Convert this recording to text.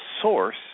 Source